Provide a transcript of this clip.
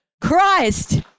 Christ